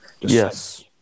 Yes